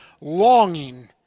longing